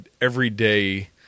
everyday